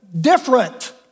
Different